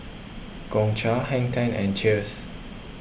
Gongcha Hang ten and Cheers